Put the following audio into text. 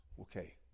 okay